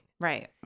Right